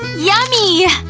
yummy!